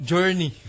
Journey